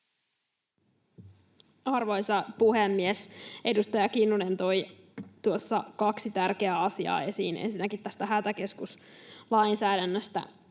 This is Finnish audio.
Arvoisa puhemies! Edustaja Kinnunen toi tuossa esiin kaksi tärkeää asiaa. Ensinnäkin tästä hätäkeskuslainsäädännöstä